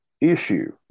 issue